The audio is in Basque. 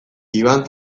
iban